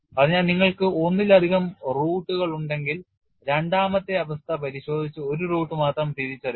അതിനാൽ നിങ്ങൾക്ക് ഒന്നിലധികം റൂട്ടുണ്ടെങ്കിൽ രണ്ടാമത്തെ അവസ്ഥ പരിശോധിച്ച് ഒരു റൂട്ട് മാത്രം തിരിച്ചറിയുക